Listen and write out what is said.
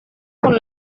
con